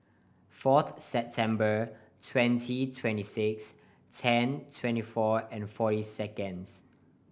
fourth September twenty twenty six ten twenty four and forty seconds